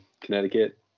Connecticut